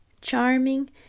charming